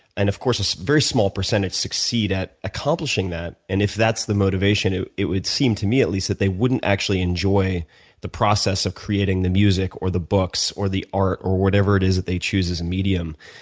and of course a very small percentage succeed at accomplishing that, and if that's the motivation it it would seem to me at least that they wouldn't actually enjoy the process of creating the music, or the books, or the art, or whatever it is that they choose as a medium.